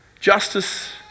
justice